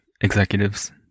executives